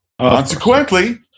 Consequently